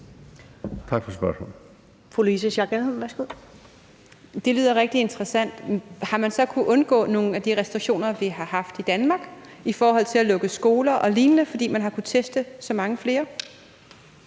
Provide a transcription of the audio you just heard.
Tak for spørgsmålet.